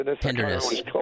Tenderness